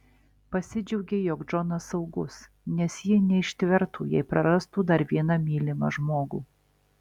pasidžiaugė jog džonas saugus nes ji neištvertų jei prarastų dar vieną mylimą žmogų